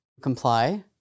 comply